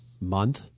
month